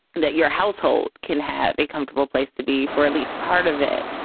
that your household can have a comfortable place to be for at least part of it.